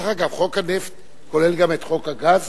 דרך אגב, חוק הנפט כולל גם את חוק הגז?